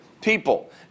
people